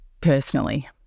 personally